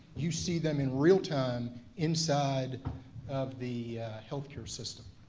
you see them in real-time inside of the healthcare system.